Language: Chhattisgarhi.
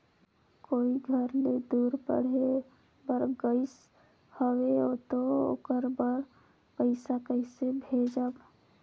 कोई घर ले दूर पढ़े बर गाईस हवे तो ओकर बर पइसा कइसे भेजब?